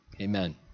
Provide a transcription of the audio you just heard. Amen